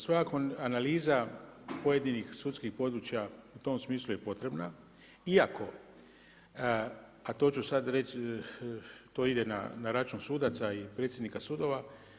Svakako analiza pojedinih sudskih područja u tom smislu je potrebna iako, a to ću sad reći, to ide na račun sudaca i predsjednika sudova.